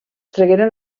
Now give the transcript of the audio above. tragueren